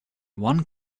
one